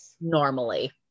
normally